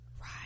Right